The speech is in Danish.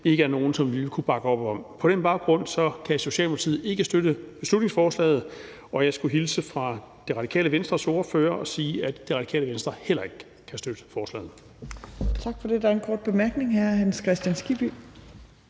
ikke er noget, som vi ville kunne bakke op om. På den baggrund kan Socialdemokratiet ikke støtte beslutningsforslaget, og jeg skulle hilse fra Radikale Venstres ordfører og sige, at Radikale Venstre heller ikke kan støtte forslaget.